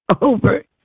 over